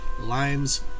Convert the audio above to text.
Limes